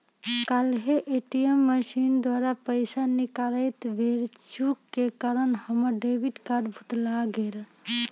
काल्हे ATM machine द्वारा पइसा निकालइत बेर चूक के कारण हमर डेबिट कार्ड भुतला गेल